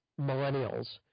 millennials